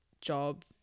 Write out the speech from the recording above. job